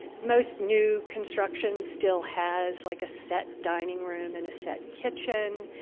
most new construction still has like a set dining room and a set kitchen,